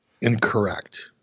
incorrect